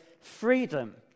freedom